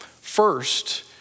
First